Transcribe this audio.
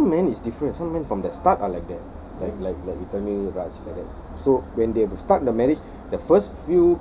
ya some men is different some men from that start are like them like like like returning raj like that so when they have start the marriage the first few